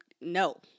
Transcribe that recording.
no